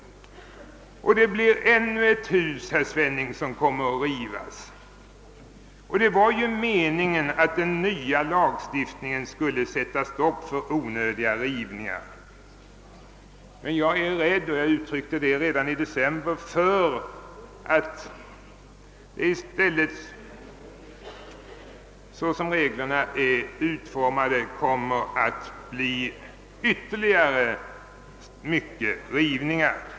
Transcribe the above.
Detta blir ännu ett hus som kommer att rivas, herr Svenning. Meningen var ju att den nya lagstiftningen skulle sätta stopp för onödiga rivningar. Men jag är rädd — och jag uttryckte det redan i december — för att det i stället, så som reglerna är utformade, kommer att bli ytterligare många rivningar.